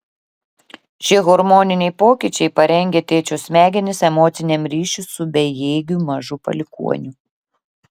šie hormoniniai pokyčiai parengia tėčio smegenis emociniam ryšiui su bejėgiu mažu palikuoniu